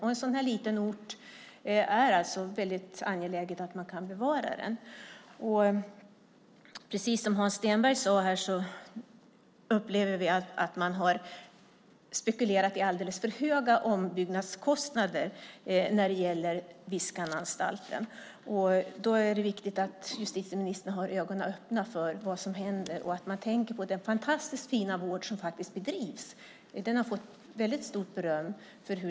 På en sådan liten ort är det angeläget att bevara anstalten. Precis som Hans Stenberg sade upplever vi att man har spekulerat i alldeles för höga ombyggnadskostnader för Viskananstalten. Då är det viktigt att justitieministern har ögonen öppna för vad som händer och tänker på den fantastiskt fina vård som faktiskt bedrivs. Vården har fått stort beröm.